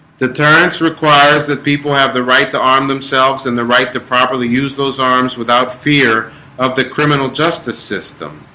deterrence requires that people have the right to arm themselves and the right to properly use those arms without fear of the criminal justice system